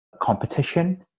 competition